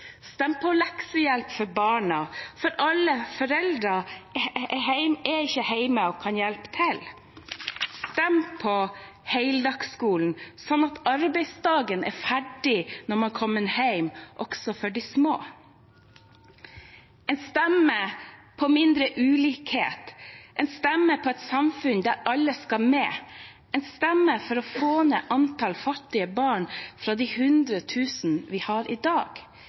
Stem på leksehjelp til barna, for ikke alle foreldre er hjemme og kan hjelpe til. Stem på heldagsskolen, sånn at arbeidsdagen er ferdig når man kommer hjem – også for de små. Stem på mindre ulikhet, stem på et samfunn der alle skal med, stem for å få ned antallet fattige barn fra de hundre tusen vi har i dag.